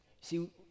See